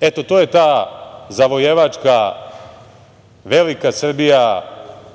Eto to je ta, zavojevačka velika Srbija.